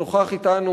שנוכח כאן,